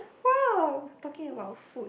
!wow! talking about food